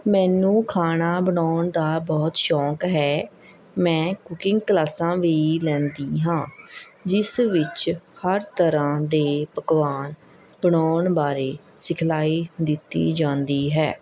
ਮੈਨੂੰ ਖਾਣਾ ਬਣਾਉਣ ਦਾ ਬਹੁਤ ਸ਼ੌਕ ਹੈ ਮੈਂ ਕੁਕਿੰਗ ਕਲਾਸਾਂ ਵੀ ਲੈਂਦੀ ਹਾਂ ਜਿਸ ਵਿੱਚ ਹਰ ਤਰ੍ਹਾਂ ਦੇ ਪਕਵਾਨ ਬਣਾਉਣ ਬਾਰੇ ਸਿਖਲਾਈ ਦਿੱਤੀ ਜਾਂਦੀ ਹੈ